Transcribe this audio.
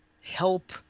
help